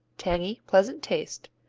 tangy, pleasant taste.